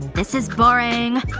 this is boring